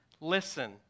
listen